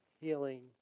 healing